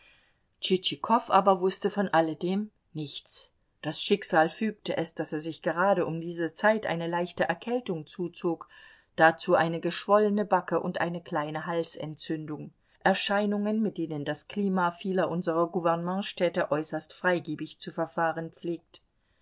aber wußte von alledem nichts das schicksal fügte es daß er sich gerade um diese zeit eine leichte erkältung zuzog dazu eine geschwollene backe und eine kleine halsentzündung erscheinungen mit denen das klima vieler unserer gouvernementsstädte äußerst freigebig zu verfahren pflegt